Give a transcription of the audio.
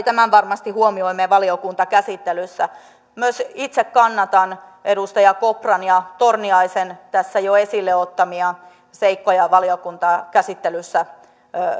tämän varmasti huomioimme valiokuntakäsittelyssä myös itse kannatan edustaja kopran ja edustaja torniaisen tässä jo esille ottamia seikkoja valiokuntakäsittelyssä